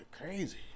crazy